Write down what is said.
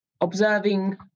observing